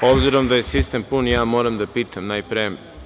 S obzirom da je sistem pun, moram da pitam najpre.